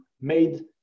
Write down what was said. made